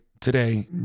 today